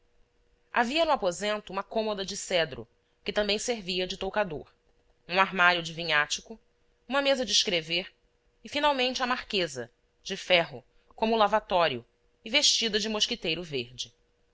havia no aposento uma cômoda de cedro que também servia de toucador um armário de vinhático uma mesa de escrever e finalmente a marquesa de ferro como o lavatório e vestida de mosquiteiro verde